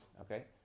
Okay